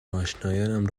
آشنایانم